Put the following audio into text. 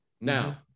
now